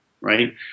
right